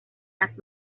las